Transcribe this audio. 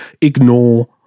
ignore